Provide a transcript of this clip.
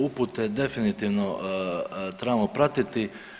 Upute definitivno trebamo pratiti.